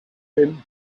him